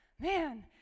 man